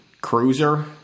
cruiser